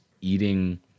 eating